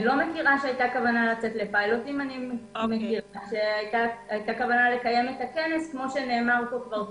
איני יודעת על פיילוטים אלא על כוונה לקיים כנס כמו שנאמר פה כבר קודם.